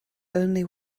only